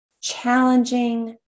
challenging